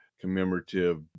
commemorative